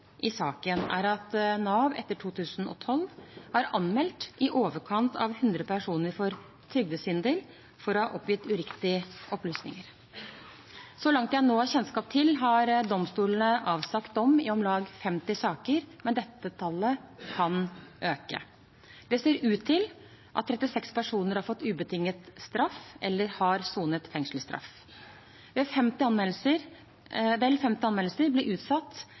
i saken er at Nav etter 2012 har anmeldt i overkant av 100 personer for trygdesvindel for å ha oppgitt uriktige opplysninger. Så langt jeg nå har kjennskap til, har domstolene avsagt dom i om lag 50 saker, men dette tallet kan øke. Det ser ut til at 36 personer har fått ubetinget straff eller har sonet fengselsstraff. Vel 50 anmeldelser